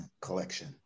Collection